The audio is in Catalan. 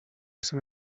sant